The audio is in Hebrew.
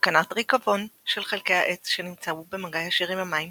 סכנת ריקבון של חלקי העץ שנמצאו במגע ישיר עם המים;